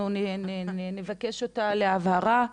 אנחנו נבקש אותה להבהרה,